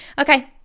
Okay